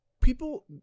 People